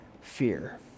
fear